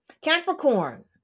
Capricorn